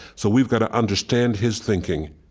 so we've got to understand his thinking,